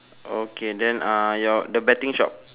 okay then uh your the betting shop